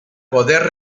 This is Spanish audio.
poder